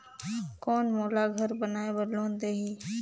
कौन मोला घर बनाय बार लोन देही?